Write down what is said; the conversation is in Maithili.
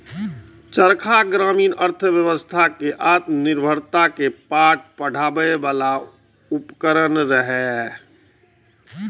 चरखा ग्रामीण अर्थव्यवस्था कें आत्मनिर्भरता के पाठ पढ़बै बला उपकरण रहै